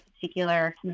particular